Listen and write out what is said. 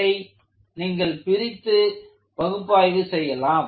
இதை நீங்கள் பிரித்து பார்த்து பகுப்பாய்வு செய்யலாம்